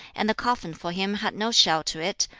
and the coffin for him had no shell to it,